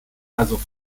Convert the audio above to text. also